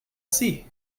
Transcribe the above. see